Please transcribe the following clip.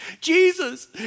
Jesus